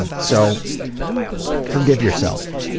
and so forgive yourself.